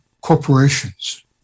corporations